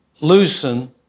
loosen